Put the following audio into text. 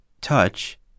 touch